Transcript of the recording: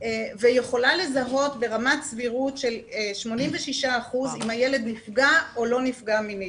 ויכולה לזהות ברמת סבירות של 86% אם הילד נפגע או לא נפגע מינית.